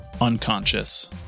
unconscious